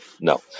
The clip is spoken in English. No